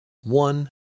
one